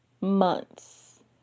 months